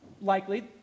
likely